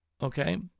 okay